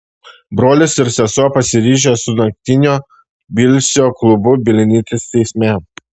brolis ir sesuo pasiryžę su naktinio tbilisio klubu bylinėtis teisme